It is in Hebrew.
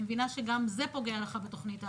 אני מבינה שגם זה פוגע לך בתוכנית העבודה.